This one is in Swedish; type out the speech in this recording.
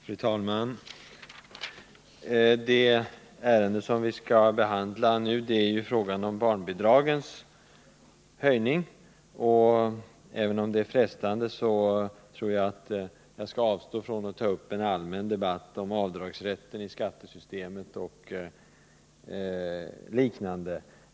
Fru talman! Det ärende som vi nu skall behandla gäller barnbidragets Torsdagen den höjning. Aven om det är frestande, skall jag avstå från att ta upp en allmän 13 december 1979 debatt om avdragsrätten i skattesystemet och liknande.